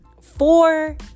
four